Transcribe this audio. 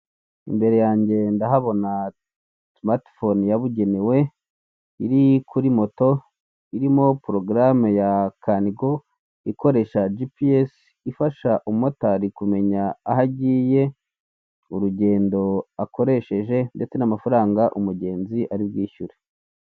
Imbere yanjye ndahabona simatifone yabugenewe iri kuri moto, irimo porogarame ya kanigo ikoresha jipiyesi, ifasha umumotari kumenya aho agiye urugendo akoresheje ndetse n'amafaranga umugenzi ari bwishyure.